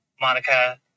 monica